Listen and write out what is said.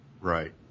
Right